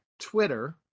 Twitter